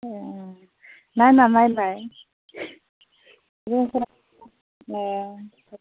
अ नायना नायलाय ए